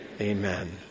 Amen